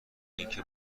اینکه